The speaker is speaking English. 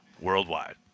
worldwide